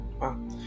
Wow